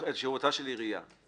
את שירותה של עירייה.